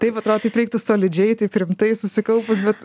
taip atrodo taip reiktų solidžiai taip rimtai susikaupus bet